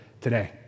today